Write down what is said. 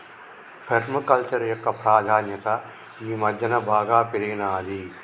పేర్మ culture యొక్క ప్రాధాన్యత ఈ మధ్యన బాగా పెరిగినాది